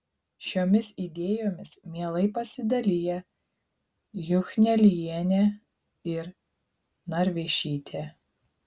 šiomis idėjomis mielai pasidalija juchnelienė ir narveišytė